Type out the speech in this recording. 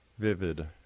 vivid